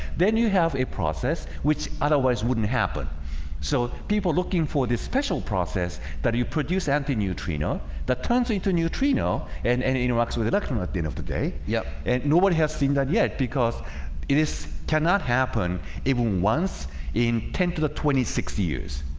then you have a process which otherwise wouldn't happen so people looking for this special process that you produce anti neutrino that turns into neutrino and any interacts with electron at the end of the day yeah, and nobody has seen that yet because it is cannot happen even once in ten to twenty sixty years